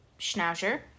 Schnauzer